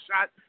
shot